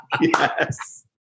Yes